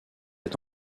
est